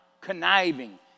conniving